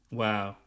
wow